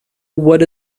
what